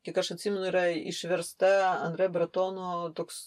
kiek aš atsimenu yra išversta andrė bretono toks